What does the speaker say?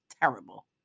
terrible